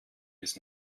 bis